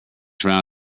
frown